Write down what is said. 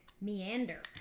Meander